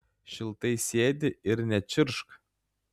šiltai sėdi ir nečirkšk